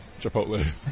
Chipotle